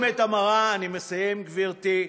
אני מסיים, גברתי.